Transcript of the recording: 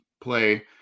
play